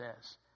says